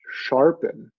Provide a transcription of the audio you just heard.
sharpen